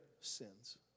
sins